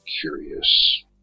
curious